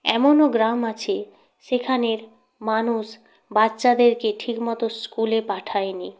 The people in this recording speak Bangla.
এমনও গ্রাম আছে সেখানের মানুষ বাচ্চাদেরকে ঠিকমতো স্কুলে পাঠায়নি